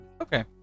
Okay